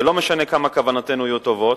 ולא משנה כמה כוונותינו יהיו טובות,